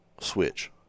switch